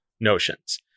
notions